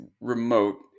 remote